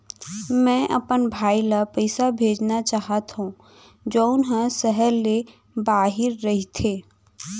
मै अपन भाई ला पइसा भेजना चाहत हव जऊन हा सहर ले बाहिर रहीथे